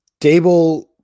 Dable